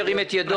ירים את ידו.